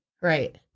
Right